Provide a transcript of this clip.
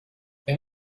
wenn